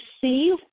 see